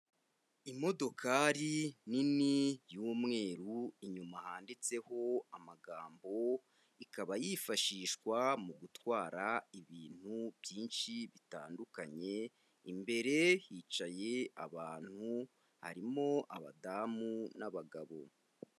Imodokari nini y'umweru inyuma handitseho amagambo, ikaba yifashishwa mu gutwara ibintu byinshi bitandukanye, imbere hicaye abantu, harimo abadamu n'abagabo.